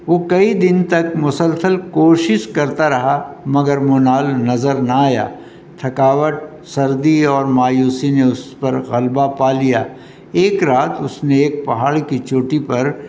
وہ کئی دن تک مسلسل کوشش کرتا رہا مگر منال نظر نہ آیا تھکاوٹ سردی اور مایوسی نے اس پر غلبہ پا لیا ایک رات اس نے ایک پہاڑ کی چوٹی پر